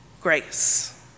grace